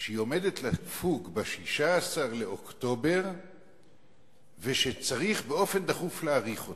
שהיא עומדת לפוג ב-16 באוקטובר וצריך באופן דחוף להאריך אותה?